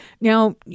Now